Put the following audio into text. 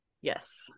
Yes